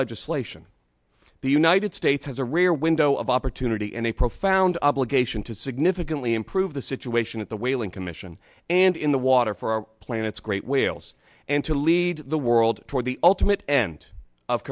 legislation the united states has a rare window of opportunity and a profound obligation to significantly improve the situation at the whaling commission and in the water for our planet's great whales and to lead the world toward the ultimate end of